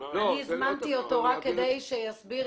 זה לא תפקידו להעביר את ----- אני הזמנתי אותו רק כדי שיסביר לי,